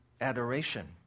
adoration